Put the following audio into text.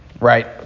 Right